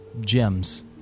gems